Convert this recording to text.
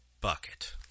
bucket